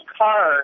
car